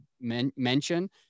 mention